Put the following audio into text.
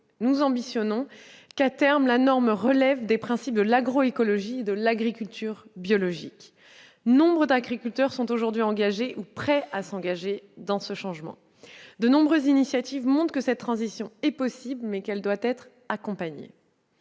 nous ambitionnons que, à terme, la norme relève des principes de l'agroécologie et de l'agriculture biologique. Nombre d'agriculteurs sont aujourd'hui engagés ou prêts à s'engager dans cette voie. De multiples initiatives montrent que cette transition est possible, mais qu'elle doit être accompagnée.